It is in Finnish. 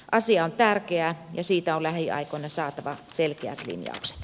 asia on tärkeä ja siitä on lähiaikoina saatava selkeät linjaukset